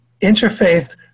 interfaith